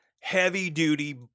heavy-duty